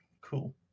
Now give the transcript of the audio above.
Cool